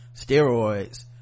steroids